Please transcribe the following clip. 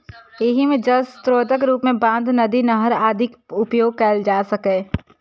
एहि मे जल स्रोतक रूप मे बांध, नदी, नहर आदिक उपयोग कैल जा सकैए